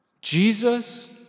Jesus